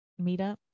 meetup